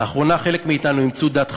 לאחרונה, חלק מאתנו אימצו דת חדשה: